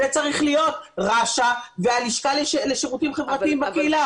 זה צריך להיות רש"א והלשכה לשירותים חברתיים בקהילה.